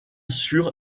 sûr